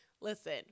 listen